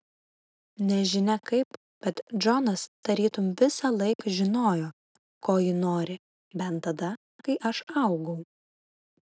nežinia kaip bet džonas tarytum visąlaik žinojo ko ji nori bent tada kai aš augau